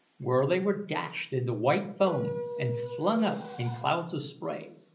where they were dashed into white foam and flung up in clouds of spray.